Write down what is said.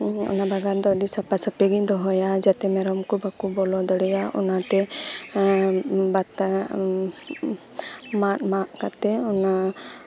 ᱚᱱᱟ ᱵᱟᱜᱟᱱ ᱫᱚ ᱟᱹᱰᱤ ᱥᱟᱯᱟ ᱥᱟᱹᱯᱷᱤ ᱜᱤᱧ ᱫᱚᱦᱚᱭᱟ ᱡᱟᱛᱮ ᱢᱮᱨᱚᱢ ᱠᱚ ᱵᱟᱠᱚ ᱵᱚᱞᱚ ᱫᱟᱲᱮᱭᱟᱜ ᱢᱟᱜ ᱢᱟᱜ ᱠᱟᱛᱮᱫ ᱚᱱᱟ